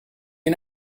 you